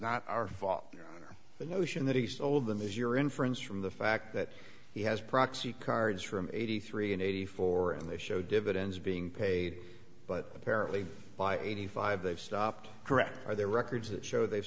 not our fault or the notion that he stole them is your inference from the fact that he has proxy cards from eighty three and eighty four and they show dividends being paid but apparently by eighty five they've stopped correct their records that show they've